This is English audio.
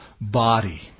body